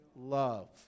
love